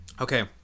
Okay